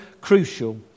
crucial